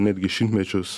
netgi šimtmečius